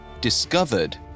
discovered